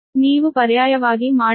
ನೀವು ಪರ್ಯಾಯವಾಗಿ ಮಾಡಿದರೆ Ds 12 12 1213